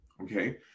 okay